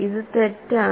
ഇത് തെറ്റാണ്